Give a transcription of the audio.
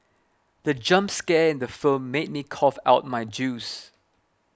the jump scare in the film made me cough out my juice